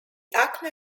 acme